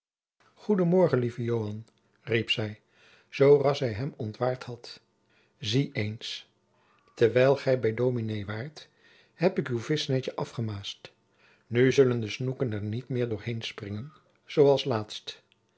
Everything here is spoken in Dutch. lieve joan riep zij zoo ras zij hem ontwaard had zie eens terwijl gij bij dominé waart heb ik uw vischnetje afgemaasd nu zullen de snoeken er niet meer doorheenspringen zoo als laatst